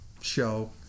show